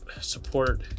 support